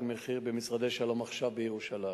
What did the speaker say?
מחיר" במשרדי "שלום עכשיו" בירושלים.